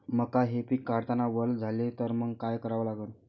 मका हे पिक काढतांना वल झाले तर मंग काय करावं लागन?